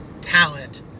talent